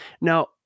Now